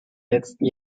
letzten